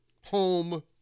home